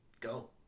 go